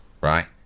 right